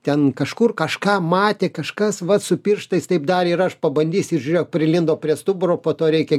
ten kažkur kažką matė kažkas vat su pirštais taip darė ir aš pabandysiu ir žiūrėk prilindo prie stuburo po to reikia